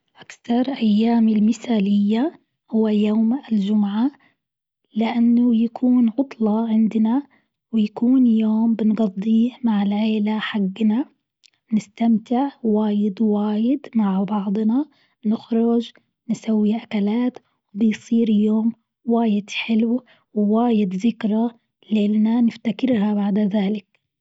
أكثر أيامي المثالية هو يوم الجمعة، لأنه يكون عطلة عندنا ويكون يوم بنقضيه مع العيلة حقنا نستمتع واجد واجد مع بعضنا نخرج نسوي أكلات وبيصير يوم واجد حلو وواجد ذكرى لأننا نفتكرها بعد ذلك.